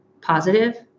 positive